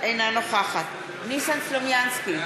אינה נוכחת ניסן סלומינסקי,